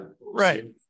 right